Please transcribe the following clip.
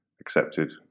accepted